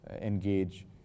engage